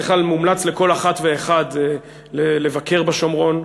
בכלל מומלץ לכל אחת ואחד לבקר בשומרון,